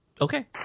Okay